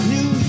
New